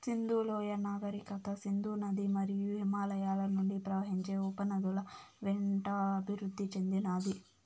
సింధు లోయ నాగరికత సింధు నది మరియు హిమాలయాల నుండి ప్రవహించే ఉపనదుల వెంట అభివృద్ది చెందినాది